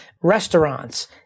restaurants